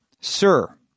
Sir